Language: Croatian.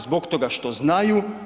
Zbog toga što znaju.